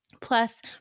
Plus